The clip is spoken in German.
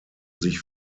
sich